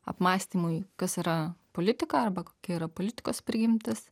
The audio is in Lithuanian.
apmąstymui kas yra politika arba kokia yra politikos prigimtis